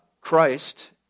Christ